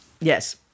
Yes